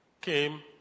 came